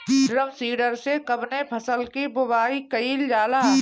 Drum seeder से कवने फसल कि बुआई कयील जाला?